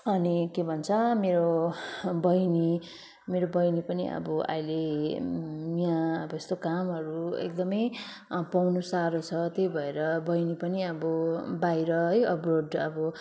अनि के भन्छ मेरो बहिनी मेरो बहिनी पनि अब अहिले यहाँ अब यसो कामहरू एकदमै पाउनु सारो छ त्यही भएर बहिनी पनि अब बाहिर है अब्रोड अब